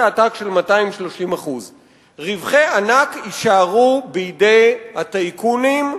עתק של 230%. רווחי ענק יישארו בידי הטייקונים,